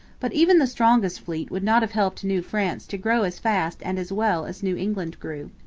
but even the strongest fleet would not have helped new france to grow as fast and as well as new england grew.